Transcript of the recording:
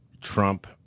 Trump